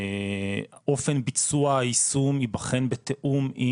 "אופן ביצוע היישום ייבחן בתיאום עם